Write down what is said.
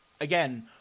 again